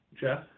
Jeff